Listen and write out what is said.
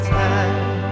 time